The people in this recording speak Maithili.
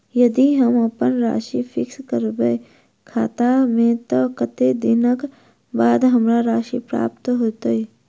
यदि हम अप्पन राशि फिक्स करबै खाता मे तऽ कत्तेक दिनक बाद हमरा राशि प्राप्त होइत?